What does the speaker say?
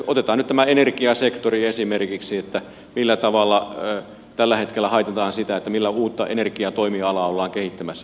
otetaan nyt tämä energiasektori esimerkiksi että millä tavalla tällä hetkellä haitataan sitä että millä uutta energiatoimialaa ollaan kehittämässä